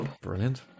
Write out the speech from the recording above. brilliant